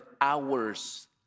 hours